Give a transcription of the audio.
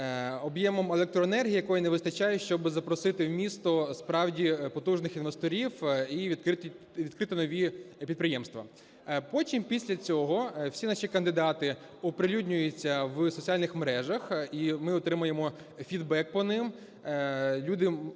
об'ємом електроенергії, якої не вистачає, щоби запросити в місто справді потужних інвесторів і відкрити нові підприємства. Потім після цього всі наші кандидати оприлюднюються у соціальних мережах, і ми отримуємо фідбек по ним,